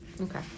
Okay